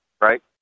right